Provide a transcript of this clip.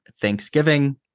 thanksgiving